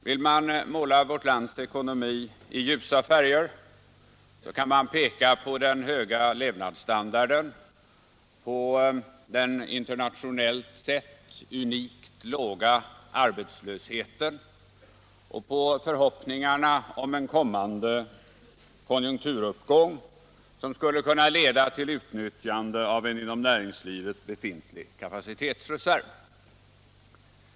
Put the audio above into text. Vill man måla vårt lands ekonomi i ljusa färger, kan man peka på den höga levnadsstandarden, på den internationellt sett unikt låga arbetslösheten och på förhoppningarna om en kommande konjunkturuppgång, som skulle kunna leda till utnyttjande av en inom näringslivet befintlig kapacitetsreserv.